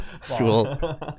school